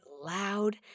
loud